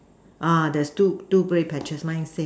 ah there's two two grey patches mine same